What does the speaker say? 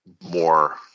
more